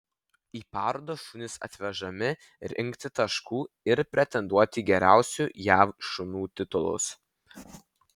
į parodas šunys atvežami rinkti taškų ir pretenduoti į geriausių jav šunų titulus